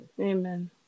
Amen